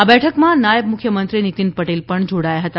આ બેઠકમાં નાયબ મુખ્યમંત્રી નીતિન પટેલ પણ જોડાયા હતા